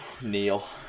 Neil